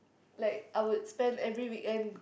like I would spend every weekend